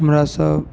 हमरासब